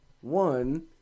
one